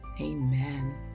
amen